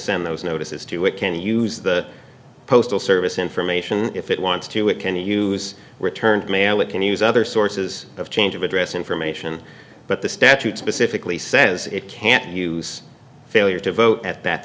send those notices to it can use the postal service information if it wants to it can use return mail it can use other sources of change of address information but the statute specifically says it can't use failure to vote at that